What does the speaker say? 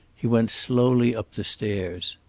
he went slowly up the stairs.